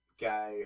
guy